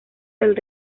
del